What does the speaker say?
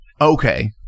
Okay